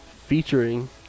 featuring